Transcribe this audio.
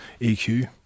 EQ